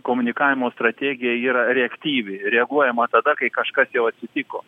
komunikavimo strategija yra reaktyvi reaguojama tada kai kažkas jau atsitiko